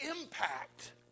impact